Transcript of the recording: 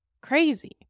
crazy